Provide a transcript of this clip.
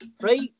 Right